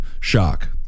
shock